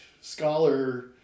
scholar